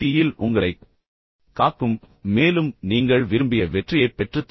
யில் உங்களைக் காக்கும் மேலும் நீங்கள் விரும்பிய வெற்றியைப் பெற்றுத்தரும்